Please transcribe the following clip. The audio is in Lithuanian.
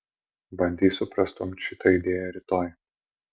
bandysiu prastumt šitą idėją rytoj